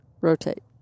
Rotate